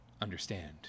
understand